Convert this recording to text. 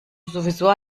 sowieso